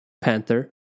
Panther